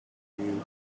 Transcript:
you